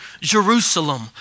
Jerusalem